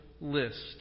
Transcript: list